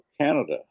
Canada